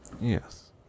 Yes